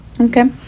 Okay